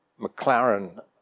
McLaren